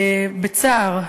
בצער,